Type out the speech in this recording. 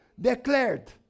declared